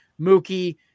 Mookie